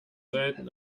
selten